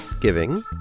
Giving